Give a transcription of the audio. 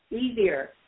easier